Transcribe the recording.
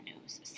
news